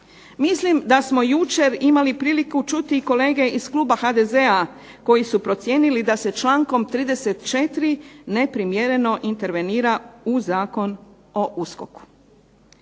Mislim da smo jučer imali priliku čuti i kolege iz kluba HDZ-a koji su procijenili da se člankom 34. neprimjereno intervenira u Zakon o USKOK-u.